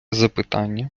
запитання